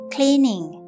Cleaning